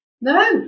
No